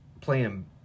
playing